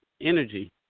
energy